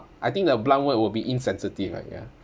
I think the blunt word will be insensitive right ya